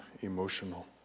emotional